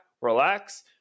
relax